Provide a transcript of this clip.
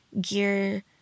gear